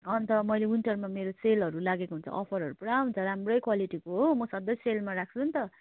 अन्त मैले विन्टरमा मेरो सेलहरू लागेको हुन्छ अफरहरू पुरा हुन्छ राम्रो क्वालिटीको हो म सधैँ सेलमा राख्छु नि त